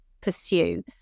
pursue